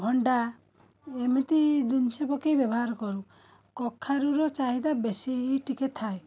ଭଣ୍ଡା ଏମିତି ଜିନିଷ ପକାଇ ବ୍ୟବହାର କରୁ କଖାରୁର ଚାହିଦା ବେଶୀ ଟିକେ ଥାଏ